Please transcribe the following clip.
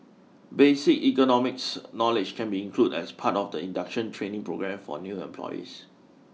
basic ergonomics knowledge can be included as part of the induction training programme for new employees